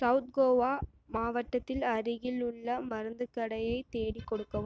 south Goa மாவட்டத்தில் அருகிலுள்ள மருந்து கடையை தேடி கொடுக்கவும்